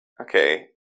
Okay